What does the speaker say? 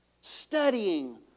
studying